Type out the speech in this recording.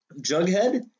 Jughead